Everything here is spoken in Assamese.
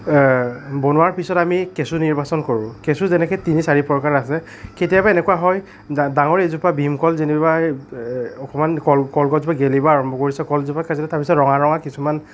বনোৱাৰ পিছত আমি কেঁচু নিৰ্বাচন কৰোঁ কেঁচু যেনেকৈ তিনি চাৰি প্ৰকাৰ আছে কেতিয়াবা এনেকুৱা হয় ডাঙৰ এজোপা ভীমকল যেনিবা অকণমান কল কল গছজোপা গেলিব আৰম্ভ কৰিছে কলজোপা যেতিয়া তাৰপিছত ৰঙা ৰঙা কিছুমান